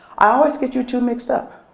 i always get you two mixed up.